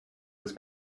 was